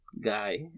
guy